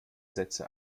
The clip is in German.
sätze